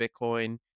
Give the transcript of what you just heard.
Bitcoin